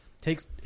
takes